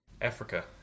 Africa